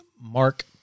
Mark